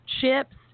chips